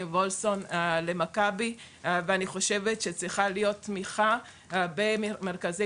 וולפסון למכבי ואני חושבת שצריכה להיות תמיכה בין מרכזי